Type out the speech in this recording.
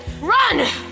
run